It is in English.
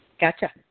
Gotcha